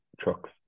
trucks